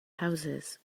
houses